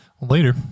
later